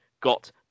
got